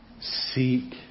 Seek